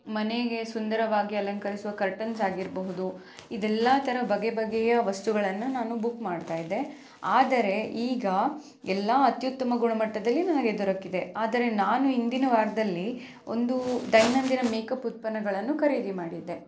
ಮನೆಗೆ ಸುಂದರವಾಗಿ ಅಲಂಕರಿಸುವ ಕರ್ಟನ್ಸ್ ಆಗಿರಬಹುದು ಇದೆಲ್ಲ ಥರ ಬಗೆ ಬಗೆಯ ವಸ್ತುಗಳನ್ನು ನಾನು ಬುಕ್ ಮಾಡ್ತಾ ಇದ್ದೆ ಆದರೆ ಈಗ ಎಲ್ಲ ಅತ್ಯುತ್ತಮ ಗುಣಮಟ್ಟದಲ್ಲಿ ನನಗೆ ದೊರಕಿದೆ ಆದರೆ ನಾನು ಹಿಂದಿನ ವಾರದಲ್ಲಿ ಒಂದು ದೈನಂದಿನ ಮೇಕಪ್ ಉತ್ಪನ್ನಗಳನ್ನು ಖರೀದಿ ಮಾಡಿದ್ದೆ